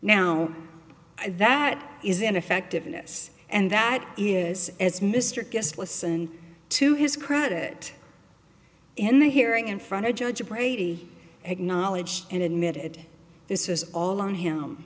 now that is ineffectiveness and that is as mr guest listened to his credit in the hearing in front of judge brady acknowledged and admitted this is all on him